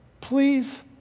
Please